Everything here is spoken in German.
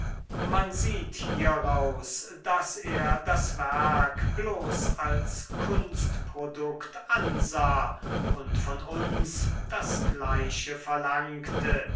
man sieht hieraus daß er das werk bloß als kunstprodukt ansah und von uns das gleiche verlangte